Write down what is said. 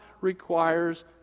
requires